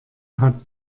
hat